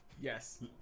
Yes